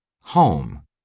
Home